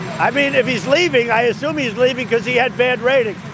i mean if he's leaving i assume he is leaving because he had bad ratings.